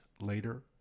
later